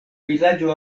vilaĝo